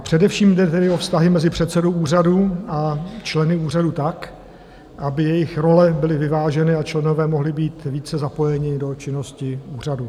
Především jde tedy o vztahy mezi předsedou úřadu a členy úřadu tak, aby jejich role byly vyváženy a členové mohli být více zapojeni do činnosti úřadu.